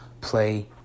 play